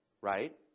right